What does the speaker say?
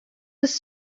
was